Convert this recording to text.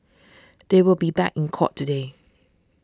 they will be back in court today